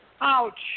Ouch